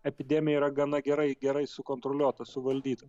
epidemija yra gana gerai gerai sukontroliuota suvaldyta